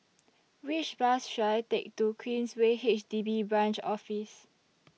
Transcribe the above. Which Bus should I Take to Queensway H D B Branch Office